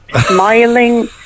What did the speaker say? smiling